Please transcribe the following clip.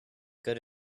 good